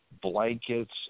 blankets